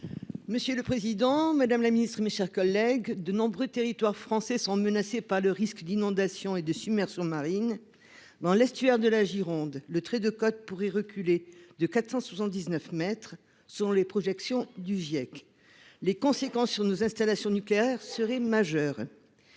: La parole est à Mme Monique de Marco. De nombreux territoires français sont menacés par un risque d'inondation ou de submersion marine. Dans l'estuaire de la Gironde, le trait de côte pourrait reculer de 479 mètres, selon les projections du Giec. Les conséquences sur nos installations nucléaires seraient majeures.